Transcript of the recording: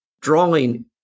drawing